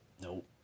Nope